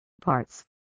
parts